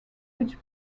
which